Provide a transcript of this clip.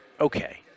Okay